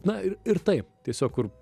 na ir taip tiesiog kur